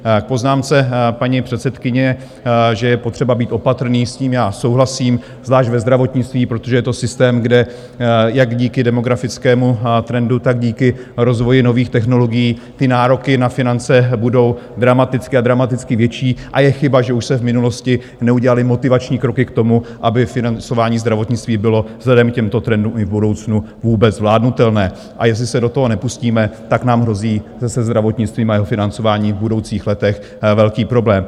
K poznámce paní předsedkyně, že je potřeba být opatrný, s tím já souhlasím, zvlášť ve zdravotnictví, protože to je systém, kde jak díky demografickému trendu, tak díky rozvoji nových technologií nároky na finance budou dramaticky a dramaticky větší a je chyba, že už se v minulosti neudělaly motivační kroky k tomu, aby financování zdravotnictví bylo vzhledem k těmto trendům už v budoucnu vůbec zvládnutelné, a jestli se do toho nepustíme, tak nám hrozí, že se zdravotnictvím a jeho financováním v budoucích letech bude velký problém.